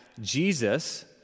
Jesus